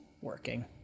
working